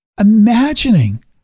imagining